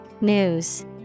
News